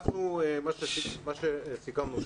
מה שסיכמנו,